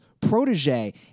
protege